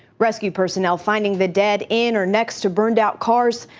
rescue personnel finding the dead in or next to burned out cars,